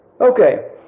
Okay